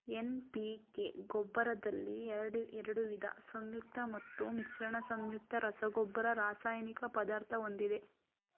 NPK ಗೊಬ್ರದಲ್ಲಿ ಎರಡ್ವಿದ ಸಂಯುಕ್ತ ಮತ್ತು ಮಿಶ್ರಣ ಸಂಯುಕ್ತ ರಸಗೊಬ್ಬರ ರಾಸಾಯನಿಕ ಪದಾರ್ಥ ಹೊಂದಿದೆ